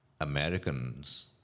Americans